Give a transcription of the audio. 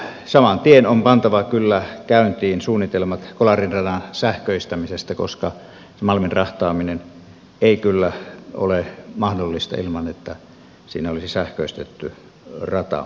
saman tien on pantava kyllä käyntiin suunnitelmat kolarin radan sähköistämisestä koska malmin rahtaaminen ei kyllä ole mahdollista ilman että siinä olisi sähköistetty rata